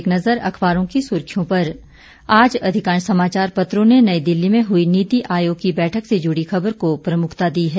एक नजर अखबारों की सुर्खियों पर आज अधिकांश समाचार पत्रों ने नई दिल्ली में हुई नीति आयोग की बैठक से जुड़ी खबर को प्रमुखता दी है